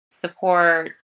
support